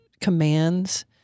commands